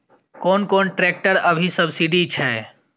कोन कोन ट्रेक्टर अभी सब्सीडी छै?